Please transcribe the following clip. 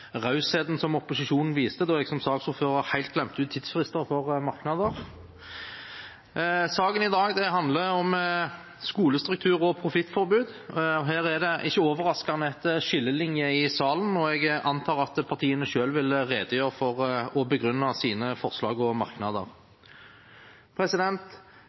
rausheten som opposisjonen viste da jeg som saksordfører helt glemte tidsfrister for merknader. Saken i dag handler om skolestruktur og profittforbud. Her er det ikke overraskende en skillelinje i salen, og jeg antar at partiene selv vil redegjøre for og begrunne sine forslag og merknader.